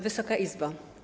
Wysoka Izbo!